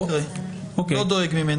זה לא יקרה, אני לא דואג מזה.